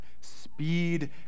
speed